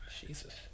Jesus